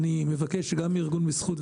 אני מבקש גם מארגון "בזכות",